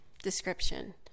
Description